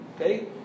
okay